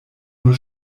nur